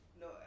No